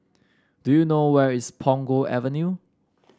do you know where is Punggol Avenue